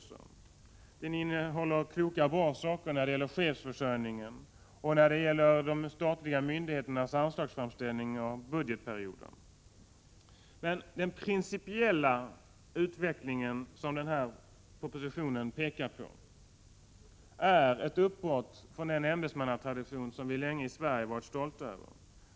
Propositionen innehåller kloka och bra saker när det gäller chefsförsörjningen och när det gäller de statliga myndigheternas anslagsframställning under budgetperioden. Men den principiella utvecklingen som man i den här propositionen pekar på är ett 5 uppbrott från den ämbetsmannatradition som vi i Sverige länge varit stolta över